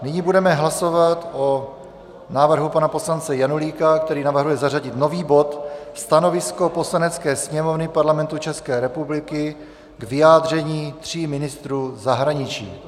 Nyní budeme hlasovat o návrhu pana poslance Janulíka, který navrhuje zařadit nový bod Stanovisko Poslanecké sněmovny Parlamentu České republiky k vyjádření tří ministrů zahraničí.